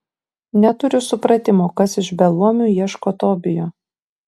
neturiu supratimo kas iš beluomių ieško tobijo